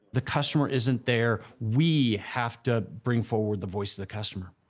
the customer isn't there, we have to bring forward the voice of the customer.